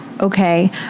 Okay